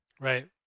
Right